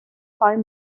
five